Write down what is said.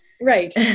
Right